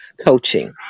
coaching